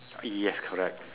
uh yes correct